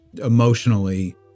emotionally